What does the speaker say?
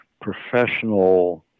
professional